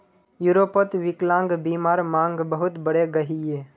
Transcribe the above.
यूरोपोत विक्लान्ग्बीमार मांग बहुत बढ़े गहिये